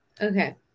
Okay